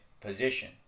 position